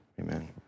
Amen